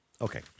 Okay